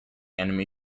enemy